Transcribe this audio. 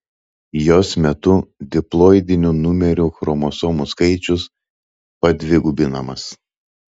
jos metu diploidinių numerių chromosomų skaičius padvigubinamas